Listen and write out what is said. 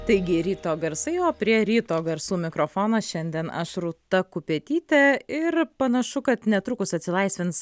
taigi ryto garsai o prie ryto garsų mikrofono šiandien aš rūta kupetytė ir panašu kad netrukus atsilaisvins